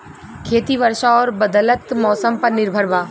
खेती वर्षा और बदलत मौसम पर निर्भर बा